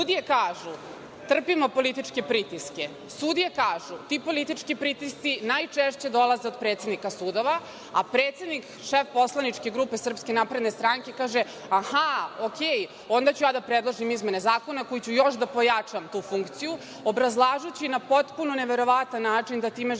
sudija. Sudije kažu – trpimo političke pritiske, sudije kažu – ti politički pritisci najčešće dolaze od predsednika sudova, a predsednik, šef Poslaničke grupe SNS kaže – aha, ok, onda ću da predložim izmene Zakona kojima ću još da pojačam tu funkciju, obrazlažući na potpuno neverovatan način da time želimo